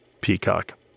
Peacock